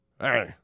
Hey